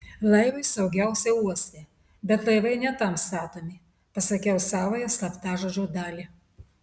laivui saugiausia uoste bet laivai ne tam statomi pasakiau savąją slaptažodžio dalį